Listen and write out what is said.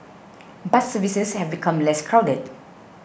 bus services have become less crowded